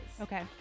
Okay